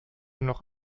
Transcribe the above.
noch